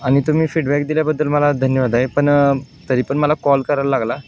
आणि तुम्ही फीडबॅक दिल्याबद्दल मला धन्यवाद आहे पण तरी पण मला कॉल करायला लागला